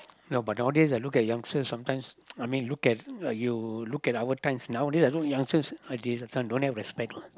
no but nowadays I look youngsters sometimes I mean look at you look at our times nowadays I look youngsters they don't have respect lah